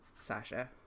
Sasha